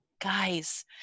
guys